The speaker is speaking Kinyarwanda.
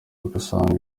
ugasanga